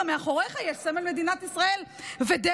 גם מאחוריך יש סמל מדינת ישראל ודגל.